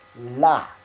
la